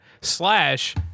slash